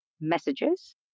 messages